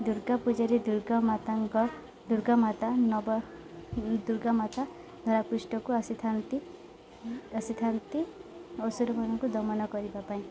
ଦୁର୍ଗା ପୂଜାରେ ଦୁର୍ଗା ମାତାଙ୍କ ଦୁର୍ଗା ମାତା ନବ ଦୁର୍ଗା ମାତା ଧରାପୃଷ୍ଠକୁ ଆସିଥାନ୍ତି ଆସିଥାନ୍ତି ଅସୁରମାନଙ୍କୁ ଦମନ କରିବା ପାଇଁ